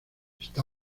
está